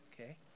Okay